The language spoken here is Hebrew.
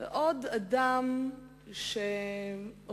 זה עוד אדם שרואים,